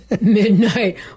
midnight